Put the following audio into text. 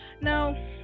Now